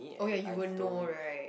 oh ya you won't know right